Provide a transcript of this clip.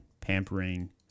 pampering